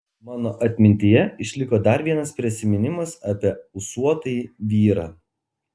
mano atmintyje išliko dar vienas prisiminimas apie ūsuotąjį vyrą